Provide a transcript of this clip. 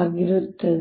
ಆಗಿರುತ್ತದೆ